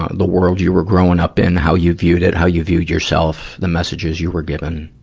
ah the world you were growing up in, how you viewed it, how you viewed yourself, the messages you were given.